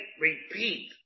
repeat